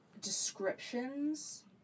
descriptions